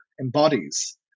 embodies